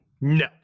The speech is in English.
No